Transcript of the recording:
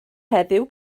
heddiw